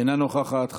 אינה נוכחת.